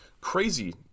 Crazy